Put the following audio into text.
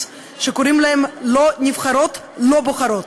שקוראים לו "לא נבחרות לא בוחרות".